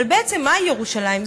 אבל בעצם מהי ירושלים?